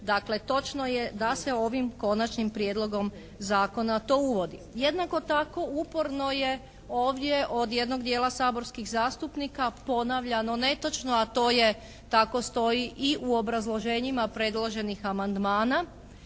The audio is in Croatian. Dakle, točno je da se ovim Konačnim prijedlogom zakona to uvodi. Jednako tako uporno je ovdje od jednog dijela saborskih zastupnika ponavljano netočno, a to je tako stoji i u obrazloženjima predloženih amandmana